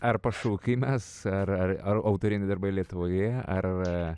ar pašaukimas ar ar autoriniai darbai lietuvoje ar